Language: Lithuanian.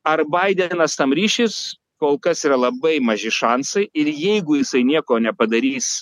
ar baidenas tam ryšis kol kas yra labai maži šansai ir jeigu jisai nieko nepadarys